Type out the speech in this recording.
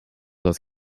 dat